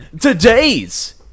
Today's